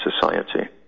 society